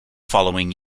following